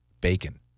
Bacon